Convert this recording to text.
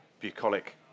bucolic